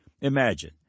Imagine